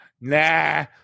Nah